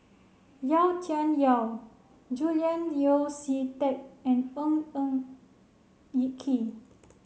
Yau Tian Yau Julian Yeo See Teck and Ng Eng Kee